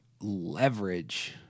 leverage